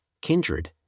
kindred